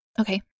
Okay